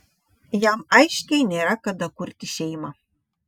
jam aiškiai nėra kada kurti šeimą